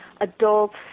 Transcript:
adults